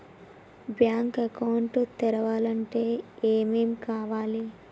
Bank account తెరవాలంటే ఏమేం కావాలి?